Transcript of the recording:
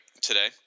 today